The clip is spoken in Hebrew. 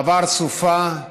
מעבר סופה.